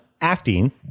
acting